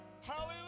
Hallelujah